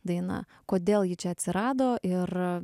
daina kodėl ji čia atsirado ir